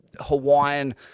Hawaiian